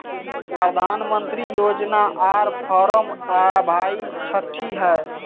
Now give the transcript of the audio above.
प्रधानमंत्री योजना आर फारम भाई छठी है?